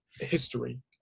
history